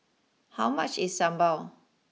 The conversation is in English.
how much is Sambal